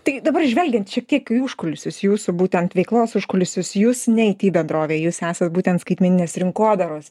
tai dabar žvelgiant šiek tiek į užkulisius jūsų būtent veiklos užkulisius jus ne it bendrovė jus esat būtent skaitmeninės rinkodaros